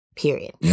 period